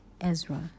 ezra